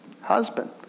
husband